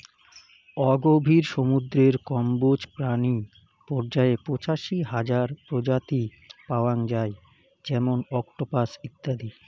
অগভীর সমুদ্রের কম্বোজ প্রাণী পর্যায়ে পঁচাশি হাজার প্রজাতি পাওয়াং যাই যেমন অক্টোপাস ইত্যাদি